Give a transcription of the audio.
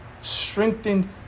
strengthened